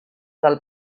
del